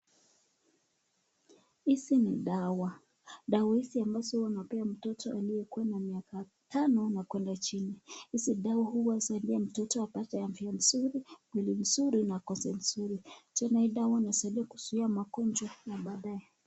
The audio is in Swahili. Hizi ni dawa. Dawa hizi ambazo wanapea mtoto aliyekuwa na miaka tano na kuenda chini. Hizi dawa huwasaidia mtoto apate afya mzuri na mwili mzuri na ngozi mzuri. Tena hii dawa inasaidia kuzuia magonjwa na baadaye.